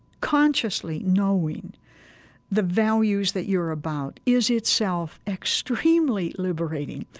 consciously knowing the values that you're about is itself extremely liberating.